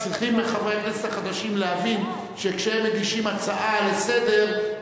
צריכים חברי הכנסת החדשים להבין שכשהם מגישים הצעה לסדר-היום,